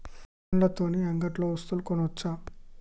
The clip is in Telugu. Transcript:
ఫోన్ల తోని అంగట్లో వస్తువులు కొనచ్చా?